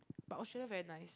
but Australia very nice